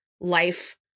life